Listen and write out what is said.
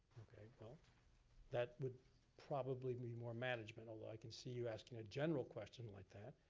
you know that would probably be more management although i can see you asking a general question like that.